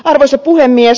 arvoisa puhemies